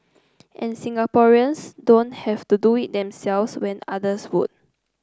and Singaporeans don't have to do it themselves when others would